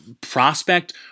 prospect